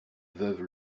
veuve